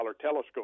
telescope